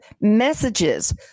messages